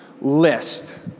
list